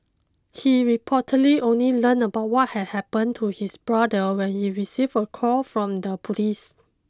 he reportedly only learned about what had happened to his brother when he received a call from the police